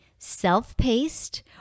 self-paced